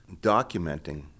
documenting